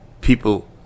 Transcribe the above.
people